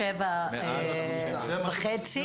47.5?